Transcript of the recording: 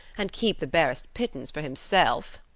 and keep the barest pittance for himself.